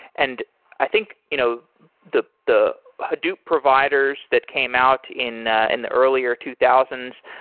and i think you know the the hadoop providers that came out in in the earlier two thousand